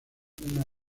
una